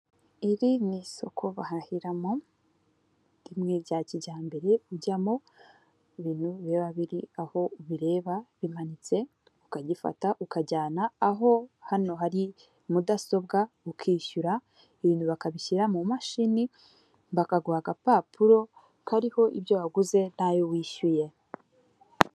Iri ni isoko bahahiramo rimwe bya kijyambere ujyamo ibintu biba biri aho ubireba, bimanitse ukagifata ukajyana aho hano hari mudasobwa ukishyura, ibintu bakabishyira mu mashini, bakaguha agapapuro kariho ibyo waguze n'ayo wishyuye.